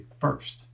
first